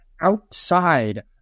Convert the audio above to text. outside